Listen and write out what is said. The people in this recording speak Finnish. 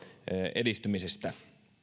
edistymisestä